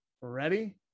Ready